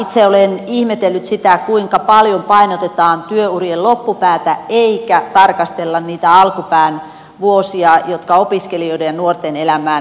itse olen ihmetellyt sitä kuinka paljon painotetaan työurien loppupäätä eikä tarkastella niitä alkupään vuosia jotka opiskelijoiden ja nuorten elämään läheisesti liittyvät